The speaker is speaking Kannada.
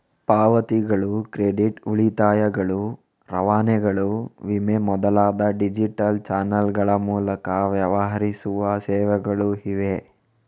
ಪಾವತಿಗಳು, ಕ್ರೆಡಿಟ್, ಉಳಿತಾಯಗಳು, ರವಾನೆಗಳು, ವಿಮೆ ಮೊದಲಾದ ಡಿಜಿಟಲ್ ಚಾನಲ್ಗಳ ಮೂಲಕ ವ್ಯವಹರಿಸುವ ಸೇವೆಗಳು ಇವೆ